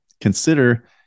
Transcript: consider